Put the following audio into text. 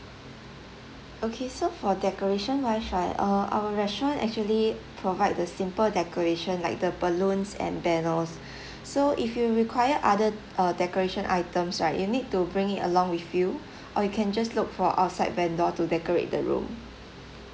okay so for decoration wise right err our restaurant actually provide the simple decoration like the balloons and banners so if you require other uh decoration items right you need to bring it along with you or you can just look for outside vendor to decorate the room